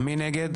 מי נגד?